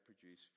produce